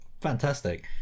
Fantastic